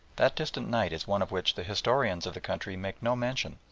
that distant night is one of which the historians of the country make no mention,